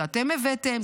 זה אתם הבאתם,